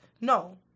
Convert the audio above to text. No